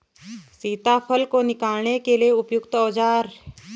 सीताफल को निकालने के लिए उपयुक्त औज़ार?